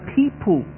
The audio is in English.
people